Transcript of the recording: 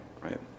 right